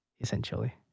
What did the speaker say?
essentially